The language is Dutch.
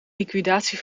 liquidatie